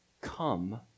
come